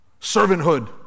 Servanthood